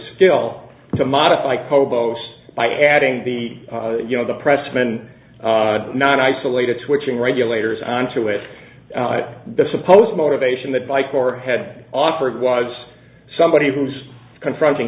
skill to modify kobo by adding the you know the pressmen not isolated switching regulators on to it the supposed motivation that bike or had offered was somebody who's confronting